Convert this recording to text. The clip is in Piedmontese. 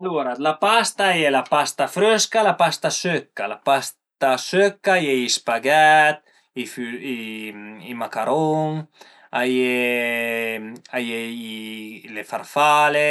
Alura d'la pasta a ie la pasta frësca e la pasta sëcca. La pasta sëcca a ie i spaghèt, i macarun, a ie a ie le farfale,